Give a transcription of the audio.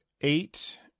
eight